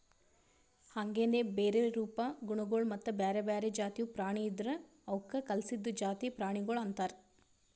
ಹಾಂಗೆನೆ ಬೇರೆ ರೂಪ, ಗುಣಗೊಳ್ ಮತ್ತ ಬ್ಯಾರೆ ಬ್ಯಾರೆ ಜಾತಿವು ಪ್ರಾಣಿ ಇದುರ್ ಅವುಕ್ ಕಲ್ಸಿದ್ದು ಜಾತಿ ಪ್ರಾಣಿಗೊಳ್ ಅಂತರ್